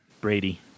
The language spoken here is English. Brady